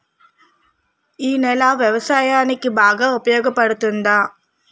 ఈ నేల వ్యవసాయానికి బాగా ఉపయోగపడుతుందా?